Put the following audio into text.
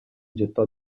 gettò